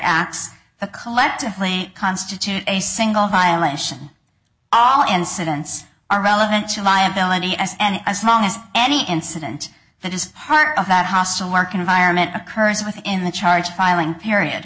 outs the collectively constitute a single violation all incidents are relevant to liability as and as long as any incident that is part of that hostile work environment occurs within the charge filing period